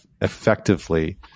effectively